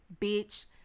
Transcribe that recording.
bitch